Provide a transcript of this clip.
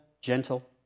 gentle